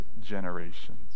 generations